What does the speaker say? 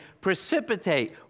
precipitate